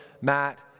Matt